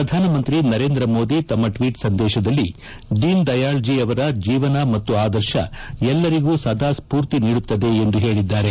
ಪ್ರಧಾನಮಂತ್ರಿ ನರೇಂದ್ರ ಮೋದಿ ತಮ್ಮ ಟ್ವೀಟ್ ಸಂದೇಶದಲ್ಲಿ ದೀನ್ ದಯಾಳ್ ಜಿ ಅವರ ಜೀವನ ಮತ್ತು ಆದರ್ಶ ಎಲ್ಲರಿಗೂ ಸದಾ ಸ್ಪೂರ್ತಿ ನೀಡುತ್ತದೆ ಎಂದು ಹೇಳಿದ್ದಾರೆ